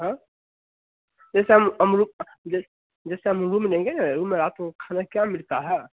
हाँ जैसे हम अम रूम अ जैस जैसे हम रूम लेंगे अ रूम में रात को खाना क्या मिलता है